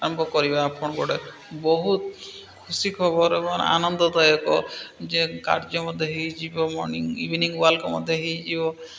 ଆରମ୍ଭ କରିବା ଆପଣ ଗୋଟେ ବହୁତ ଖୁସି ଖବର ଏବଂ ଆନନ୍ଦଦାୟକ ଯେ କାର୍ଯ୍ୟ ମଧ୍ୟ ହେଇଯିବ ମର୍ଣ୍ଣିଙ୍ଗ୍ ଇଭିନିଙ୍ଗ୍ ୱାକ୍ ମଧ୍ୟ ହେଇଯିବ